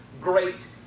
great